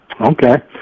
Okay